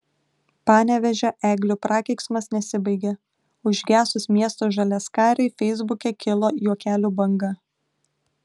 panevėžio eglių prakeiksmas nesibaigia užgesus miesto žaliaskarei feisbuke kilo juokelių banga